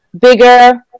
bigger